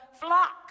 flock